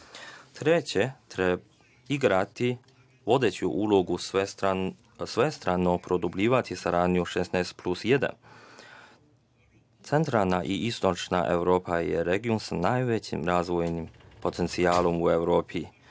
Treće, igrati vodeću ulogu, svestrano produbljivati saradnju „16+1“. Centralna i istočna Evropa je region sa najvećim razvojnim potencijalom u Evropi.